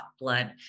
blood